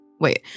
wait